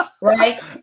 Right